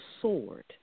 sword